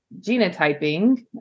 genotyping